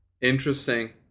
Interesting